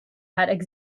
had